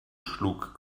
schlug